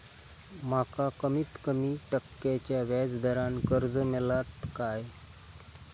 माका कमीत कमी टक्क्याच्या व्याज दरान कर्ज मेलात काय?